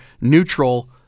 neutral